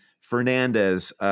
Fernandez